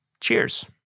cheers